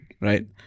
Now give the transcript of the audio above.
right